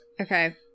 Okay